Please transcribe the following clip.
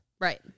right